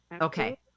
Okay